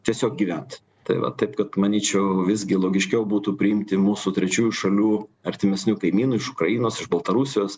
tiesiog gyvent tai va taip kad manyčiau visgi logiškiau būtų priimti mūsų trečiųjų šalių artimesnių kaimynų iš ukrainos iš baltarusijos